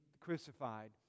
crucified